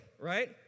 right